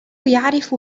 يعرف